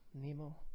Nemo